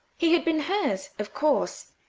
he had been hers, of course,